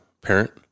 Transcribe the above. parent